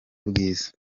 bwiza